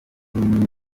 w’inkiko